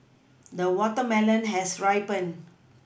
the watermelon has ripened